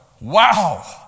Wow